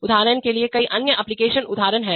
उदाहरण के लिए कई अन्य एप्लीकेशन उदाहरण हैं